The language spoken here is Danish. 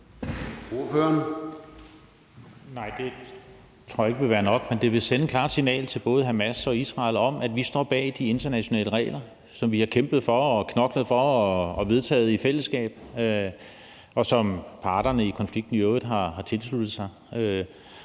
det vil sende et klart signal til både Hamas og Israel om, at vi står bag de internationale regler, som vi har kæmpet for og knoklet for og vedtaget i fællesskab, og som parterne i konflikten i øvrigt har tilsluttet sig.